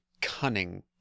cunning